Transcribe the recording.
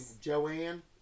Joanne